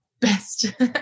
best